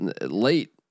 late